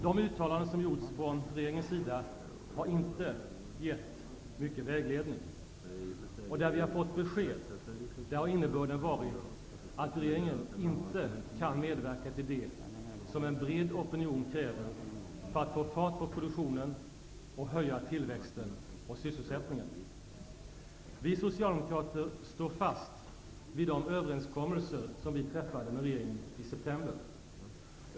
De uttalanden som gjorts från regeringens sida har inte gett mycket vägledning. Och där vi har fått besked har innebörden varit att regeringen inte kan medverka till det som en bred opinion kräver för att få fart på produktionen och höja tillväxten och sysselsättningen. Vi socialdemokrater står fast vid de överenskommelser som vi träffade med regeringen i september.